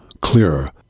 clearer